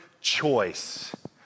choice